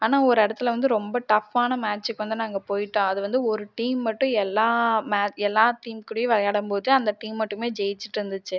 ஆனால் ஒரு இடத்துல வந்து ரொம்ப டஃப்பான மேட்சிக்கு வந்து நாங்கள் போய்ட்டோம் அது வந்து ஒரு டீம் மட்டும் எல்லா மேட் எல்லா டீம் கூடயும் விளையாடம்போது அந்த டீம் மட்டுமே ஜெயிச்சிகிட்டு இருந்துச்சு